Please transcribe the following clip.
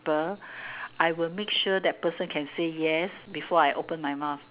~ple I would make sure that person can say yes before I open my mouth